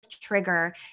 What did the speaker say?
trigger